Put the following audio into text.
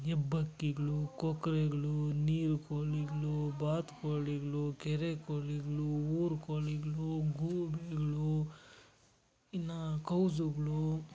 ಹೆಬ್ಬಕ್ಕಿಗಳು ಕೊಕ್ರೆಗಳು ನೀರು ಕೋಳಿಗ್ಳು ಬಾತುಕೋಳಿಗ್ಳು ಕೆರೆ ಕೋಳಿಗಳು ಊರ ಕೋಳಿಗಳು ಗೂಬೆಗಳು ಇನ್ನ ಕೌಝುಗಳು